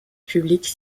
publique